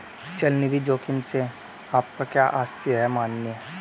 चल निधि जोखिम से आपका क्या आशय है, माननीय?